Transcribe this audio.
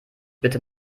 bitte